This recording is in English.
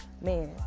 man